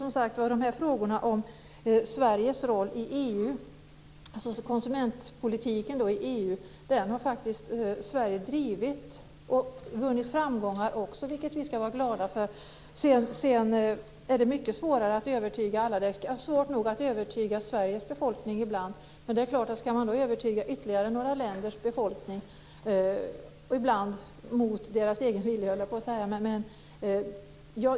I fråga om Sveriges roll i EU har Sverige faktiskt drivit konsumentpolitiken och vunnit framgångar, vilket vi ska vara glada över. Ibland är det svårt nog att övertyga Sveriges befolkning - för att inte tala om hur det blir om ytterligare några länders befolkning, ibland mot deras egen vilja, ska övertygas.